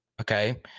okay